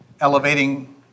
elevating